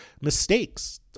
mistakes